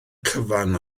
cyfan